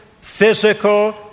Physical